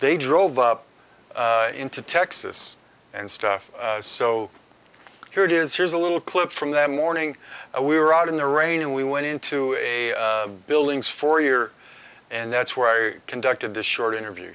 they drove up into texas and stuff so here it is here's a little clip from that morning we were out in the rain and we went into a building's four year and that's where i conducted a short interview